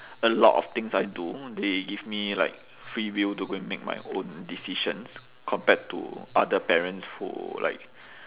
a lot of things I do they give me like free will to go and make my own decisions compared to other parents who like